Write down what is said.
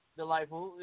delightful